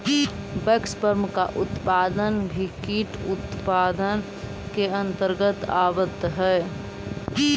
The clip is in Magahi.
वैक्सवर्म का उत्पादन भी कीट उत्पादन के अंतर्गत आवत है